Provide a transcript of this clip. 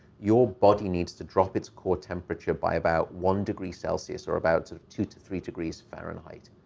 your body needs to drop its core temperature by about one degree celsius or about sort of two to three degrees fahrenheit.